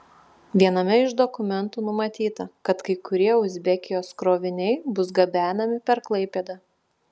viename iš dokumentų numatyta kad kai kurie uzbekijos kroviniai bus gabenami per klaipėdą